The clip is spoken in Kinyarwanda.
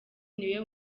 niwe